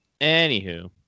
anywho